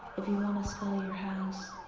if you want to sell your house,